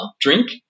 drink